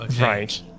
Right